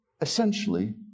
Essentially